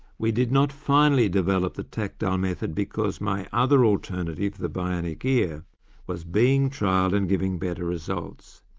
we did not finally develop the tactile method because my other alternative the bionic ear was being trialled and giving better results.